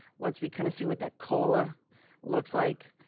once we kind of see what that cola looks like,